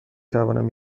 توانم